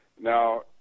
Now